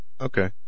Okay